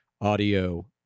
audio